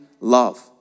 love